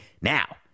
Now